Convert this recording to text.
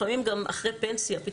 לפעמים גם אחרי פנסיה,